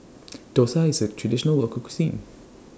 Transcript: Dosa IS A Traditional Local Cuisine